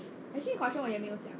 actually culture 我也没有讲